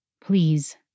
Please